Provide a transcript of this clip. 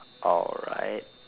alright